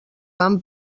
van